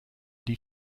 die